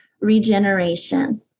regeneration